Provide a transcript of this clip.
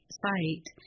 site